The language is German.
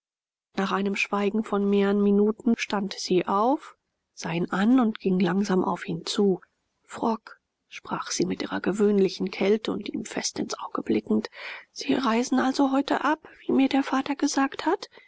nach einem schweigen von mehrern minuten stand sie auf sah ihn an und ging langsam auf ihn zu frock sprach sie mit ihrer gewöhnlichen kälte und ihm fest ins auge blickend sie reisen also heute ab wie mir der vater gesagt hat